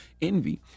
Envy